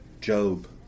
Job